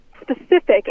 specific